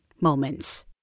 moments